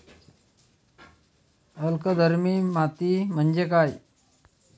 अल्कधर्मी माती म्हणजे काय?